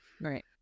Right